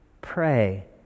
pray